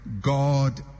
God